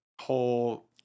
whole